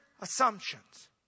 assumptions